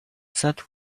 that